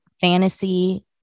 fantasy